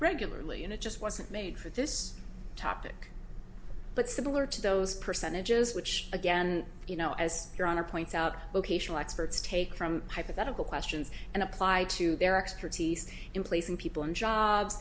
regularly and it just wasn't made for this topic but similar to those percentages which again you know as your honor points out vocational experts take from hypothetical questions and apply to their expertise in placing people in jobs